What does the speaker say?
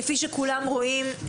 כפי שכולם רואים,